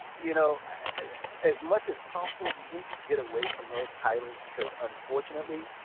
you know as much as possible you need to get away from those titles, because unfortunately,